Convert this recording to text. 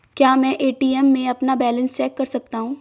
क्या मैं ए.टी.एम में अपना बैलेंस चेक कर सकता हूँ?